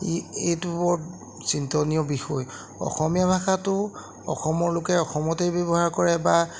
ই এইটো বৰ চিন্তনীয় বিষয় অসমীয়া ভাষাটো অসমৰ লোকে অসমতেই ব্যৱহাৰ কৰে বা